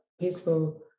peaceful